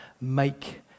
make